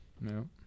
No